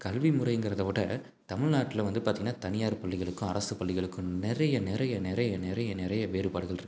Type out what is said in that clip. கல்விமுறைங்கிறதை விட தமிழ்நாட்ல வந்து பார்த்திங்கன்னா தனியார் பள்ளிகளுக்கும் அரசு பள்ளிகளுக்கும் நிறைய நிறைய நிறைய நிறைய நிறைய வேறுபாடுகள் இருக்குதுங்க